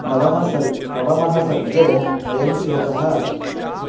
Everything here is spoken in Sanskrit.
नवमे सर् नवमे सर्गे अयं श्लोकः